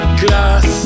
glass